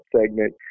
segment